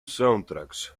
soundtracks